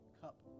cup